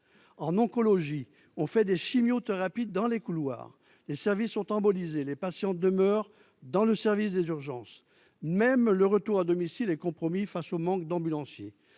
en oncologie, on fait des chimios thérapies dans les couloirs, les services sont en Bolivie, et les patients demeurent dans le service des urgences, même le retour à domicile et compromis face au manque d'ambulanciers,